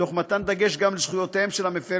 תוך מתן דגש גם לזכויותיהם של המפרים